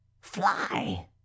Fly